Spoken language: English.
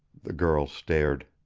the girl stared.